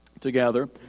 together